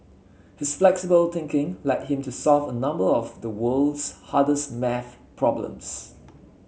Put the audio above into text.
his flexible thinking led him to solve a number of the world's hardest maths problems